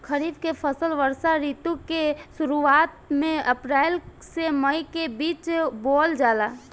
खरीफ के फसल वर्षा ऋतु के शुरुआत में अप्रैल से मई के बीच बोअल जाला